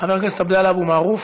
חבר הכנסת עבדאללה אבו מערוף.